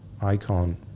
icon